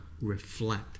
reflect